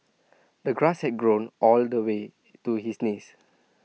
the grass had grown all the way to his knees